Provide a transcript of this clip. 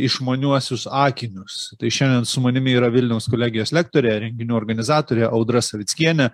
išmaniuosius akinius tai šiandien su manimi yra vilniaus kolegijos lektorė renginių organizatorė audra savickienė